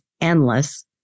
endless